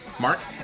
Mark